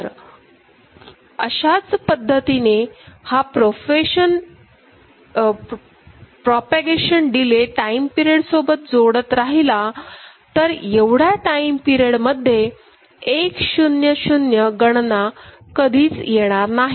जर अशाच पद्धतीने हा प्रोपागेशन डिले टाईम पिरिएड सोबत जोडत राहिला तर एवढ्या टाईम पिरिएड मध्ये 1 0 0गणना कधीच येणार नाही